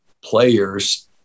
players